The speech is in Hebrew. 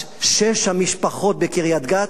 אז שש המשפחות בקריית-גת,